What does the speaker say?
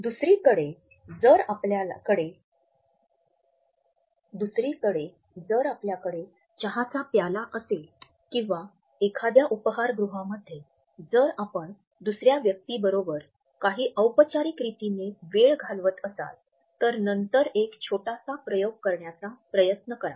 दुसरीकडे जर आपल्याकडे चहाचा प्याला असेल किंवा एखाद्या उपहारगृहामध्ये जर आपण दुसर्या व्यक्तीबरोबर काही औपचारिकरितीने वेळ घालवत असाल तर नंतर एक छोटासा प्रयोग करण्याचा प्रयत्न करा